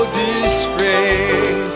disgrace